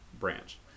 branch